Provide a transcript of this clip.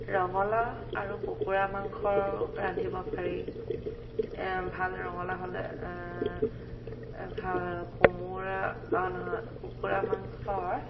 ৰঙালাও আৰু কুকুৰা মাংসৰো ৰান্ধিব পাৰি ভাল ৰঙালাও হ'লে ভাল কোমোৰা অঁ নহয় কুকুৰাৰ মাংস